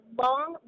long